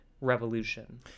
revolution